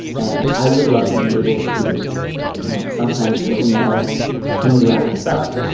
and i would love to be able to you know sometimes let you know can we wrap this up.